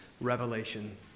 revelation